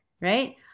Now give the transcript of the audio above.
right